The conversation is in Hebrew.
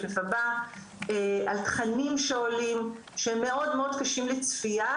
על תכנים שעולים שהם מאוד מאוד קשים לצפייה,